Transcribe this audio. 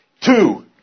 two